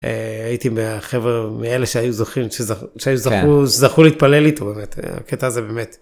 הייתי מהחבר, מאלה שהיו זוכרים, שהיו זכו להתפלל איתו באמת, הקטע הזה באמת.